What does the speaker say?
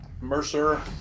Mercer